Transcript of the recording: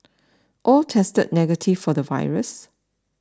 all tested negative for the virus